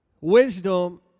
Wisdom